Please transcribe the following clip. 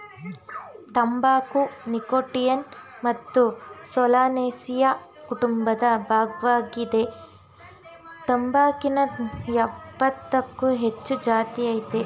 ತಂಬಾಕು ನೀಕೋಟಿಯಾನಾ ಮತ್ತು ಸೊಲನೇಸಿಯಿ ಕುಟುಂಬದ ಭಾಗ್ವಾಗಿದೆ ತಂಬಾಕಿನ ಯಪ್ಪತ್ತಕ್ಕೂ ಹೆಚ್ಚು ಜಾತಿಅಯ್ತೆ